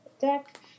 deck